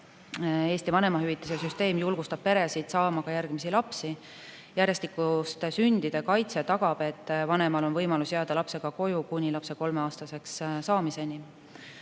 Eesti vanemahüvitise süsteem julgustab peresid saama järgmisi lapsi. Järjestikuste sündide kaitse tagab, et vanemal on võimalus jääda lapsega koju kuni lapse kolmeaastaseks saamiseni,